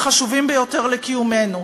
החשובים ביותר לקיומנו.